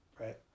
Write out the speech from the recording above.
right